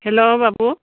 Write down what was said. हेल' बाबु